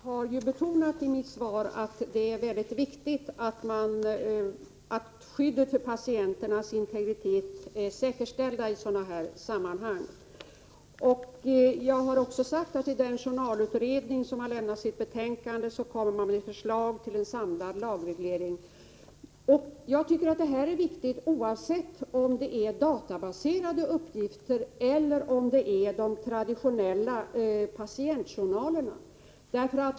Herr talman! Jag har i mitt svar betonat att det är viktigt att skyddet för patienternas integritet är säkerställt i sådana här sammanhang. Jag har också sagt att den journalutredning som avlämnat sitt betänkande har kommit med ett förslag till samlad lagreglering. Jag tycker att den här frågan är viktig oavsett om det gäller databaserade uppgifter eller om det gäller de traditionella patientjournalerna.